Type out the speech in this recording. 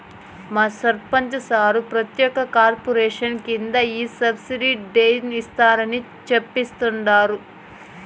మా సర్పంచ్ సార్ ప్రత్యేక కార్పొరేషన్ కింద ఈ సబ్సిడైజ్డ్ ఇస్తారని చెప్తండారు